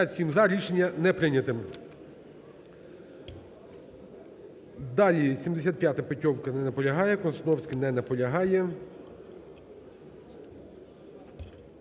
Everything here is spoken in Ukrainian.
Рішення не прийнято. Далі: 75-а, Петьовка. Не наполягає. Константіновський. Не наполягає.